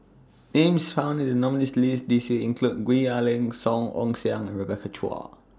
Names found in The nominees' list This Year include Gwee Ah Leng Song Ong Siang Rebecca Chua